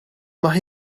mae